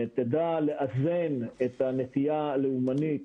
תדע לאזן את הנטייה הלאומנית